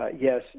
yes